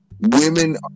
women